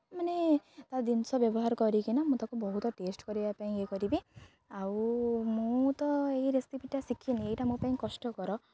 ମାନେ ତା ଜିନିଷ ବ୍ୟବହାର କରିକିନା ମୁଁ ତାକୁ ବହୁତ ଟେଷ୍ଟ୍ କରିବା ପାଇଁ ଇଏ କରିବି ଆଉ ମୁଁ ତ ଏଇ ରେସିପିଟା ଶିଖିନି ଏଇଟା ମୋ ପାଇଁ କଷ୍ଟକର